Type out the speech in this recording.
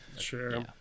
Sure